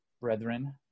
brethren